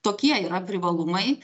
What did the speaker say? tokie yra privalumai